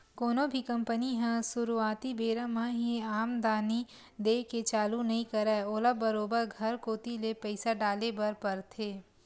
कोनो भी कंपनी ह सुरुवाती बेरा म ही आमदानी देय के चालू नइ करय ओला बरोबर घर कोती ले पइसा डाले बर परथे